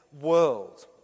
world